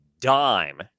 dime